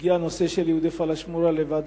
הגיע הנושא של יהודי הפלאשמורה לוועדת